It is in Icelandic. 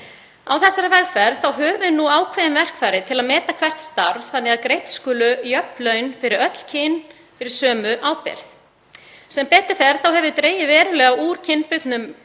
Á þessari vegferð höfum við ákveðin verkfæri til að meta hvert starf þannig að greidd séu jöfn laun fyrir öll kyn fyrir sömu ábyrgð. Sem betur fer hefur dregið verulega úr kynbundnum